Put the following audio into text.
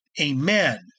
amen